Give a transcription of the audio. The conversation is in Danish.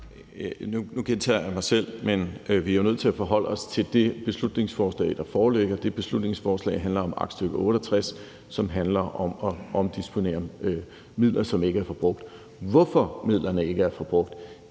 Nu gentager jeg mig selv, men vi er jo nødt til at forholde os til det beslutningsforslag, der foreligger, og det beslutningsforslag handler om aktstykke 68, som handler om at omdisponere midler, som ikke er forbrugt. Hvorfor midlerne ikke er forbrugt,